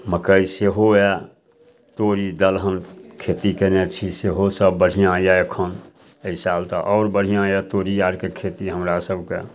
मक्कइ सेहो यऽ तोरी दलहन खेती कयने छी सेहो सब बढ़िआँ यऽ एखन अइ साल तऽ आओर बढ़िआँ यऽ तोरी आरके खेती हमरा सबके